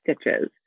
stitches